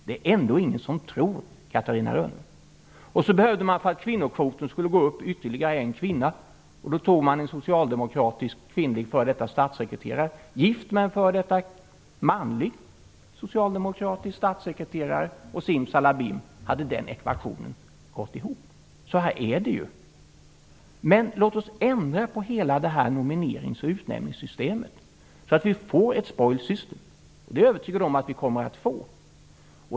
Det är ändå ingen som tror För att kvinnokvoten skulle gå upp behövde man ytterligare en kvinna, och då tog man en kvinnlig socialdemokratisk f.d. statssekreterare, gift med en manlig f.d. socialdemokratisk statssekreterare, och simsalabim hade den ekvationen gått ihop! Så här är det ju. Men låt oss ändra på hela nominerings och utnämningssystemet så att vi får ett spoilsystem. Det är jag övertygad om att vi kommer att få.